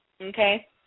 okay